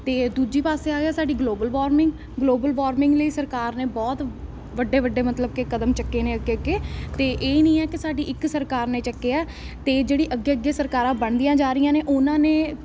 ਅਤੇ ਦੂਜੇ ਪਾਸੇ ਆ ਗਿਆ ਸਾਡੀ ਗਲੋਬਲ ਵਾਰਮਿੰਗ ਗਲੋਬਲ ਵਾਰਮਿੰਗ ਲਈ ਸਰਕਾਰ ਨੇ ਬਹੁਤ ਵੱਡੇ ਵੱਡੇ ਮਤਲਬ ਕਿ ਕਦਮ ਚੁੱਕੇ ਨੇ ਅੱਗੇ ਅੱਗੇ ਤਾਂ ਇਹ ਨਹੀਂ ਆ ਕਿ ਸਾਡੀ ਇੱਕ ਸਰਕਾਰ ਨੇ ਚੁੱਕੇ ਆ ਅਤੇ ਜਿਹੜੀ ਅੱਗੇ ਅੱਗੇ ਸਰਕਾਰਾਂ ਬਣਦੀਆਂ ਜਾ ਰਹੀਆਂ ਨੇ ਉਹਨਾਂ ਨੇ